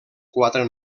quatre